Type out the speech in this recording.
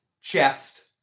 chest